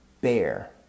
bear